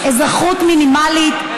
זכות מינימלית,